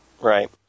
right